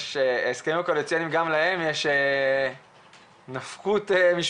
יש הסכמים קואליציוניים וגם להם יש נפקות